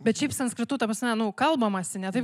bet šiaip sanskritu ta prasme nu kalbamasi ne taip